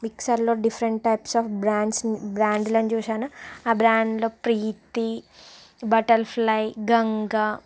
మిక్సర్లో different types of బ్రాండ్స్ని బ్రాండ్లను చూసాను ఆ బ్రాండ్లు ప్రీతి బటర్ఫ్లై గంగా